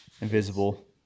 Invisible